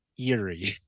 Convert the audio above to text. eerie